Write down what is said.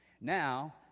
Now